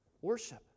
Worship